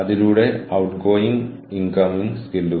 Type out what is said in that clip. അങ്ങനെ അത് കഷണങ്ങളായി സംഭവിക്കുന്നു